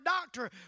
doctor